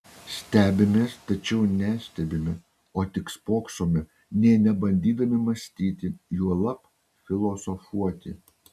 stebimės tačiau nestebime o tik spoksome nė nebandydami mąstyti juolab filosofuoti